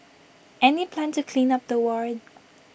any plan to clean up the ward